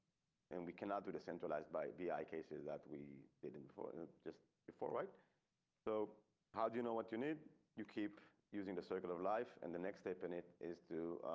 and we cannot do the centralized by vi cases that we didn't for just before right so how do you know what you need you keep using the circle of life and the next step and it is to